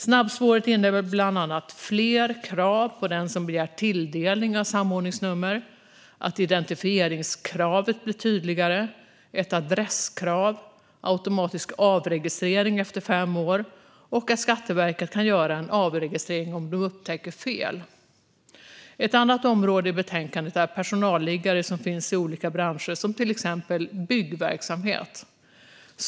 Snabbspåret innebär bland annat fler krav på den som begär tilldelning av samordningsnummer: Identifieringskravet blir tydligare. Det finns ett adresskrav och automatisk avregistrering efter fem år. Skatteverket kan också göra en avregistrering om de upptäcker fel. Ett annat område som tas upp i betänkandet är personalliggare, som finns i olika branscher, till exempel byggverksamhet.